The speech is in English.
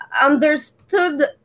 Understood